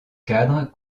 cadre